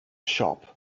shop